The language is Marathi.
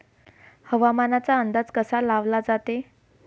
हवामानाचा अंदाज कसा लावला जाते?